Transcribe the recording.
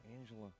Angela